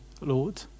Lord